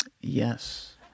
Yes